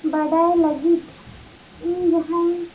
ᱵᱟᱰᱟᱭ ᱞᱟᱹᱜᱤᱫ ᱤᱧ ᱡᱟᱦᱟᱧ